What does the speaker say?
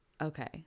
Okay